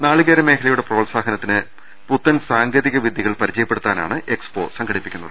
നാളികേര മേഖലയുടെ പ്രോത്സാ ഹനത്തിന് പുത്തൻ സാങ്കേതിക വിദ്യകൾ പരിചയപ്പെടുത്താനാണ് എക്സ്പോ സംഘടിപ്പിക്കുന്നത്